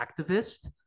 activist